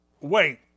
Wait